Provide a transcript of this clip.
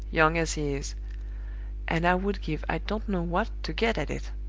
young as he is and i would give i don't know what to get at it.